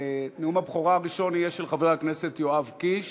נאום הבכורה הראשון יהיה של חבר הכנסת יואב קיש,